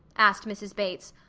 asked mrs. bates.